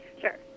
Sure